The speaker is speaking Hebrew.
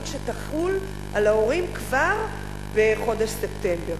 שתחול על ההורים כבר בחודש ספטמבר.